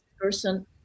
person